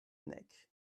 deck